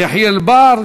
יחיאל בר,